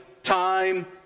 Time